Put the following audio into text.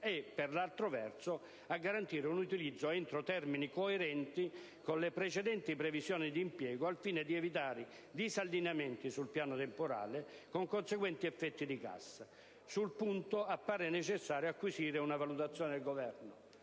e, per altro verso, a garantire un utilizzo entro termini coerenti con le precedenti previsioni di impiego, al fine di evitare disallineamenti sul piano temporale, con conseguenti effetti di cassa. Sul punto appare necessario acquisire una valutazione del Governo».